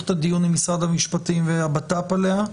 את הדיון עם משרד המשפטים והבט"פ עליה.